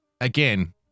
Again